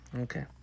Okay